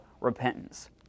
repentance